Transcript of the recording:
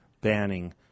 banning